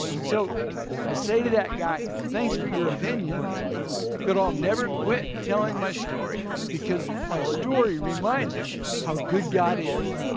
so i say to that guy thanks for your opinion but i'll never quit telling my story because my story reminds me how good god is.